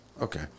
Okay